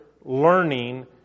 learning